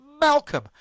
Malcolm